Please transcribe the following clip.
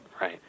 Right